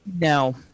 no